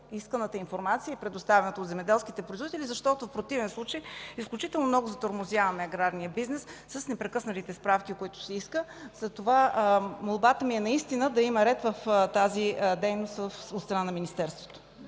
исканата информация и предоставяна от земеделските производители, защото в противен случай изключително много затормозяваме аграрния бизнес с непрекъснатите справки, които се искат. Молбата ни е да има ред в тази дейност от страна на Министерството.